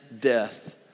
death